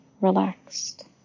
relaxed